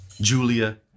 Julia